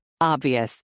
Obvious